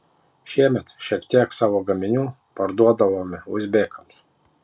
šiemet šiek tiek savo gaminių parduodavome uzbekams